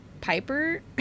Piper